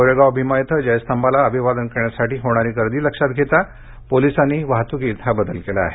कोरेगाव भीमा इथं जयस्तंभाला अभिवादन करण्यासाठी होणारी गर्दी लक्षात घेता पोलिसांनी वाहतुकीत बदल केला आहे